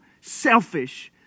selfish